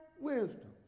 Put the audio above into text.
wisdom